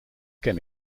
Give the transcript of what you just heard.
ken